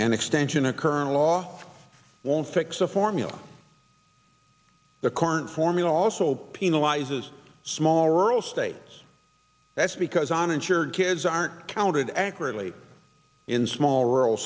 an extension a current law won't fix a formula the current formula also penalizes small rural states that's because on insured kids aren't counted accurately in small rural